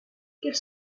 quels